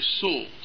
soul